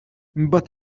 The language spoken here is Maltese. imbagħad